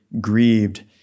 grieved